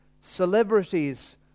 celebrities